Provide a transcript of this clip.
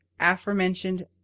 aforementioned